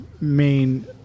main